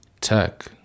tech